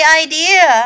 idea